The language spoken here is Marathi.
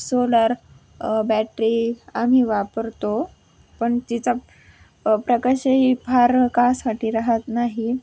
सोलार बॅटरी आम्ही वापरतो पण तिचा प्रकाशही फार खास वाटी राहत नाही